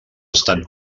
estan